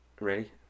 Ready